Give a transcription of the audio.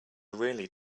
really